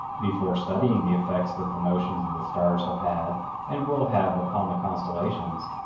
before studying the effects that the motions of the stars have had and will have upon the constellations,